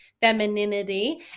femininity